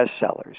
bestsellers